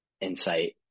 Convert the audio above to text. insight